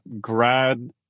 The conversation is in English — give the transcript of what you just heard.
grad